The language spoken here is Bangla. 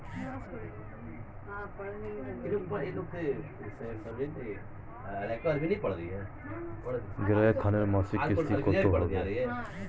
গৃহ ঋণের মাসিক কিস্তি কত হবে?